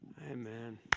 Amen